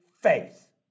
faith